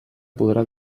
podrà